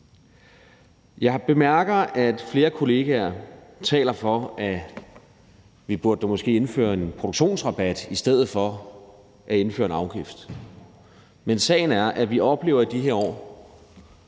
Jeg bemærker, at flere kollegaer taler for, at vi da måske burde indføre en produktionsrabat i stedet for at indføre en afgift, men sagen er, at vi i de her år